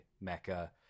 Mecca